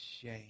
shame